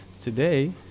today